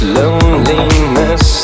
loneliness